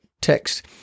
text